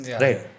Right